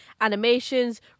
animations